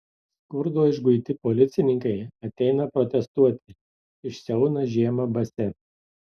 skurdo išguiti policininkai ateina protestuoti išsiauna žiemą basi